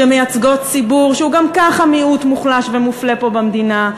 שמייצגות ציבור שהוא גם ככה מיעוט מוחלש ומופלה פה במדינה.